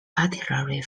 artillery